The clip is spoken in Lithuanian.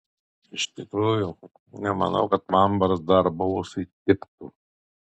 iš tikrųjų nemanau kad man barzda arba ūsai tiktų